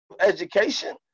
education